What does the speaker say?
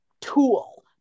tool